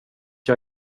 jag